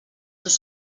seus